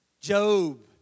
Job